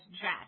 Jack